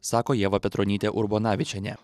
sako ieva petronytė urbonavičienė